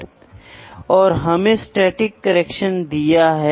इसलिए हम यह सब परिवर्तन करते हैं